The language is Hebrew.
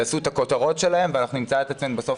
יעשו את הכותרות שלהם ואנחנו נמצא את עצמנו בסוף